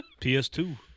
PS2